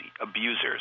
abusers